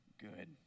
good